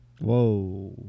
Whoa